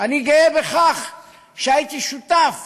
אני גאה בכך שהייתי שותף